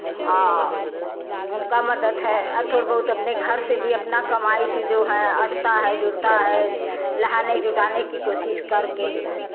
आ उनका मदद है आ थोड़ बहुत अपने घर से भी अपना कमाई से जो हैं अंटता है जुड़ता है नहाने जुटाने की कोशिश कर कर के